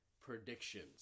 predictions